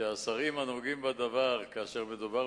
שהשרים הנוגעים בדבר, כשמדובר